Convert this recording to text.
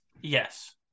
Yes